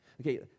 Okay